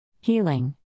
Healing